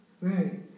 Right